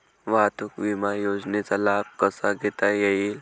वाहतूक विमा योजनेचा लाभ कसा घेता येईल?